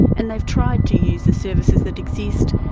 and they've tried to use the services that exist,